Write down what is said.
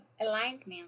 Alignment